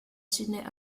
sydney